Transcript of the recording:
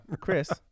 Chris